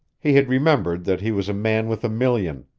he had remembered that he was a man with a million,